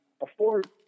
afford